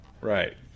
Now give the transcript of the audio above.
Right